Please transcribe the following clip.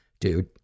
dude